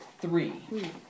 Three